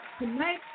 tonight